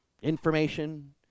Information